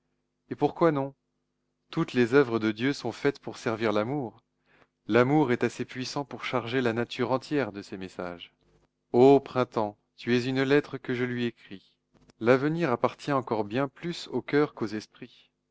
et pourquoi non toutes les oeuvres de dieu sont faites pour servir l'amour l'amour est assez puissant pour charger la nature entière de ses messages o printemps tu es une lettre que je lui écris l'avenir appartient encore bien plus aux coeurs qu'aux esprits